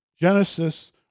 Genesis